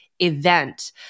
event